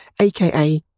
aka